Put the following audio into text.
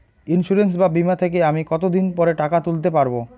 Insurance বা বিমা থেকে আমি কত দিন পরে টাকা তুলতে পারব?